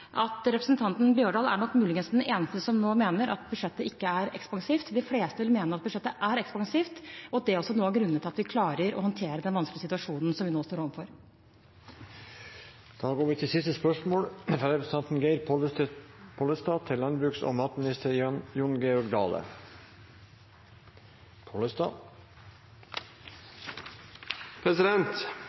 at representanten Bjørdal nok muligens er den eneste som nå mener at budsjettet ikke er ekspansivt. De fleste vil mene at budsjettet er ekspansivt, og at det også er noe av grunnen til at vi klarer å håndtere den vanskelige situasjonen som vi nå står overfor. «Økte målpriser har vært en sentral del av de to siste